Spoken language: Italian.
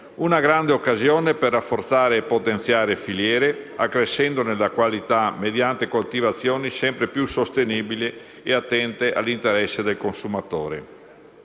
una grande occasione per rafforzare e potenziare filiere, accrescendone la qualità mediante coltivazioni sempre più sostenibili e attente all'interesse del consumatore.